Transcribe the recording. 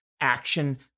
action